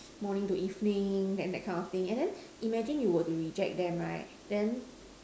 morning to evening then that kind of thing and then imagine you were to reject them right then